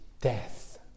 death